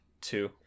Two